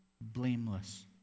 blameless